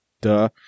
Duh